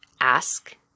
Ask